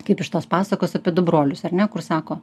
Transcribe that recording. kaip iš tos pasakos apie du brolius ar ne kur sako